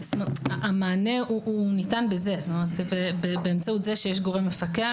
המענה הוא ניתן באמצעות זה שיש גורם מפקח